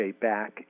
back